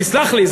תסלח לי,